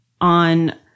on